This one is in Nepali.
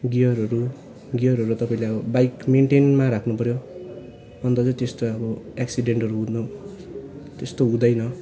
गियरहरू गियरहरू तपाईँले अब बाइक मेन्टेनमा राख्नु पऱ्यो अन्त चाहिँ त्यस्तो अब एक्सिडेन्टहरू हुनु त्यस्तो हुँदैन